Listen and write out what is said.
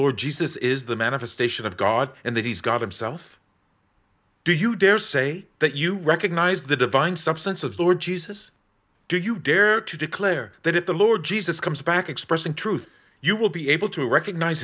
lord jesus is the manifestation of god and that he's got himself do you dare say that you recognize the divine substance of the lord jesus do you dare to declare that if the lord jesus comes back expressing truth you will be able to recognize